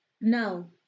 No